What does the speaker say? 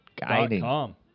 Guiding